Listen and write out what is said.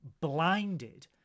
blinded